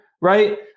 right